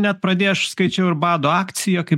net pradėjo aš skaičiau ir bado akciją kaip